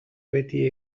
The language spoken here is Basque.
beti